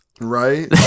Right